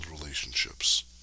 relationships